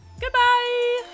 Goodbye